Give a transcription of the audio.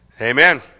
Amen